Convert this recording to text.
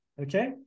okay